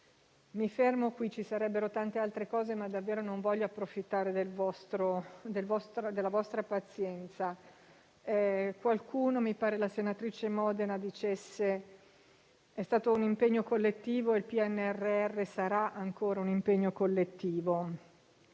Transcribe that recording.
Mi fermo qui. Ci sarebbero tante altre cose da dire, ma davvero non voglio approfittare della vostra pazienza. Qualcuno - se non erro la senatrice Modena - ha detto che è stato un impegno collettivo e il PNRR sarà ancora un impegno collettivo.